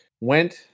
went